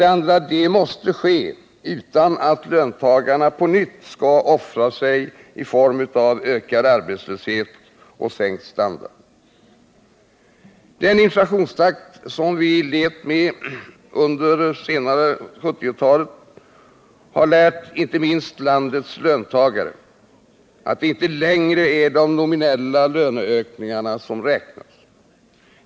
Detta måste ske utan att löntagarna på nytt skall ”offra” sig i form av ökad arbetslöshet och sänkt standard. Den inflationstakt som vi levt med under senare delen av 1970-talet har lärt inte minst landets löntagare att det inte längre är de nominella löneökningarna som räknas.